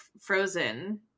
frozen